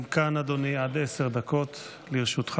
גם כאן, אדוני, עד עשר דקות לרשותך.